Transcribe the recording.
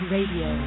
Radio